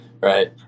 right